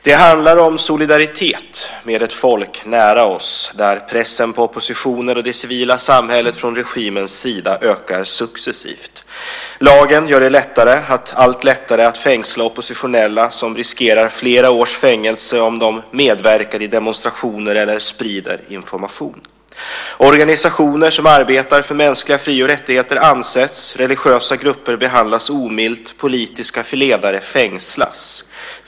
Det handlar om solidaritet med ett folk nära oss, där pressen på oppositioner och det civila samhället från regimens sida ökar successivt. Lagen gör det allt lättare att fängsla oppositionella, som riskerar flera års fängelse om de medverkar i demonstrationer eller sprider information. Organisationer som arbetar för mänskliga fri och rättigheter ansätts. Religiösa grupper behandlas omilt. Politiska ledare fängslas.